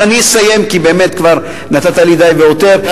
אבל אני אסיים, כי באמת כבר נתת לי די והותר.